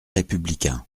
républicain